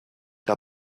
der